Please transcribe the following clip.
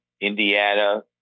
Indiana